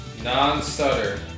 non-stutter